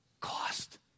cost